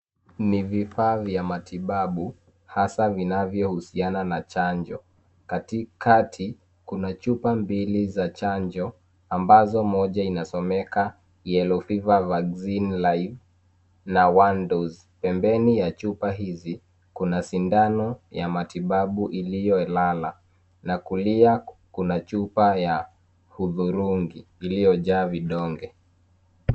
Ni vifaa vya matibabu hasa vinavyohusiana na chanjo, katikati kuna chupa mbili za chanjo ambazo moja inasomeka' yellow fever vaccine live na one dose 'pembeni ya chupa hizi kuna sindano ya matibabu iliyo lala na kulia kuna chupa ya hudhurungi iliyojaa vidonge.